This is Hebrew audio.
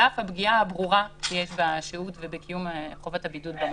על אף הפגיעה הברורה שיש בקיום חובת הבידוד במלון.